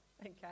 Okay